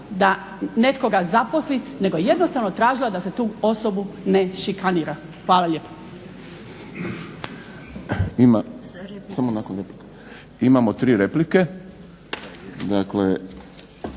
da nekoga zaposli nego je jednostavno tražila da se tu osobu ne šikanira. Hvala lijepo.